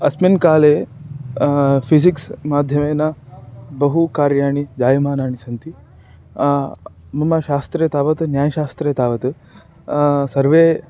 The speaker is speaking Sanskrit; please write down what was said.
अस्मिन् काले फ़िज़िक्स् माध्यमेन बहु कार्याणि जायमानानि सन्ति मम शास्त्रे तावत् न्यायशास्त्रे तावत् सर्वे